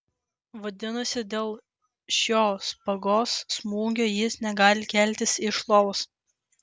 vadinasi dėl šio špagos smūgio jis negali keltis iš lovos